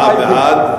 הצבעה בעד,